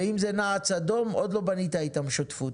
אם זה נעץ אדום, עוד לא בנית איתן שותפות.